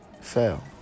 fail